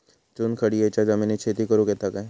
चुनखडीयेच्या जमिनीत शेती करुक येता काय?